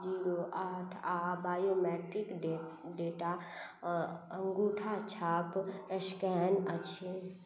zero आठ आ biometric डे डेटा अंगूठा छाप स्कैन अछि